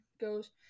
goes